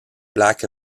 black